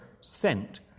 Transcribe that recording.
sent